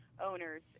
owners